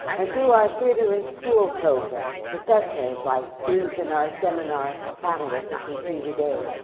and through our theatre in school program, professionals like these in our seminar, panelists that you see today,